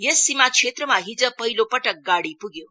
यस सीमा क्षेत्रमा हिज पहिलो पटक गाड़ी पुग्यो